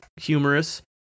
humorous